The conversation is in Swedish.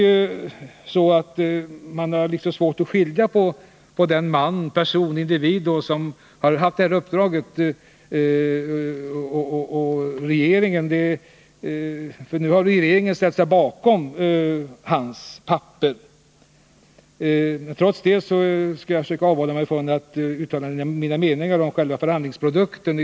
Nu har jag litet svårt att skilja mellan regeringen och den person som hade uppdraget att förhandla, för regeringen har ställt sig bakom det papper där han redovisar resultatet av sitt arbete. Trots det skall jag försöka avhålla mig från att utveckla min mening om själva förhandlingsprodukten.